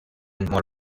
morgan